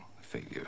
failure